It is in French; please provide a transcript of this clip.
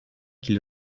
qu’il